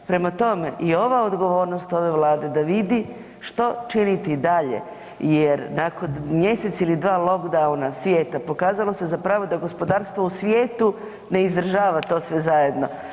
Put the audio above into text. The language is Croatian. Prema tome i ova odgovornost ove Vlade da vidi što činiti dalje jer nakon mjesec ili dva lockdowna svijeta pokazalo se da gospodarstvo u svijetu ne izdržava to sve zajedno.